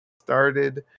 started